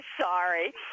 sorry